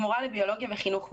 היא מורה לביולוגיה וחינוך מיני.